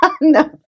No